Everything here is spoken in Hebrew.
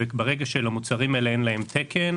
ברגע שלמוצרים האלה אין תקן,